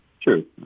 True